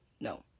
no